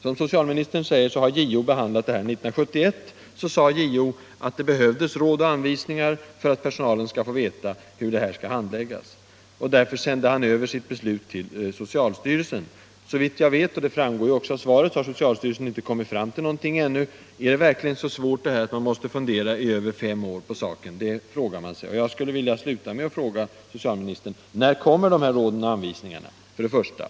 Som socialministern säger har JO behandlat denna fråga. År 1971 sade JO att det behövdes råd och anvisningar för att personalen skulle få veta hur dessa frågor skall handläggas. Därför sände han över sitt beslut till socialstyrelsen. Såvitt jag vet — det framgår också av svaret — har socialstyrelsen ännu inte kommit fram till någonting. Är den här saken verkligen så svår att man måste fundera i över fem år på den? Det frågar man sig. Jag skulle vilja sluta med att fråga socialministern: När kommer dessa råd och anvisningar?